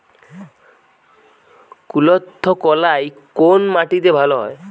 কুলত্থ কলাই কোন মাটিতে ভালো হয়?